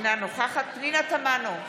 אינה נוכחת פנינה תמנו,